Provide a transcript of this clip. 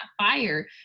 fire